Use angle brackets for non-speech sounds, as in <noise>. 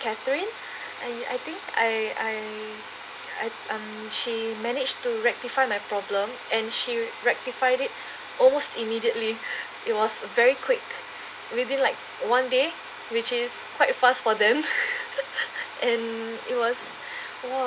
catherine and I think I I I um she managed to rectify my problem and she rectified it almost immediately it was a very quick within like one day which is quite fast for them <laughs> and it was